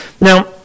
Now